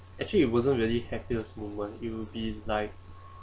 actually it wasn't really happiest moment it'll be like